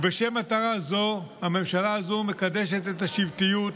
ובשם מטרה זו הממשלה הזו מקדשת את השבטיות,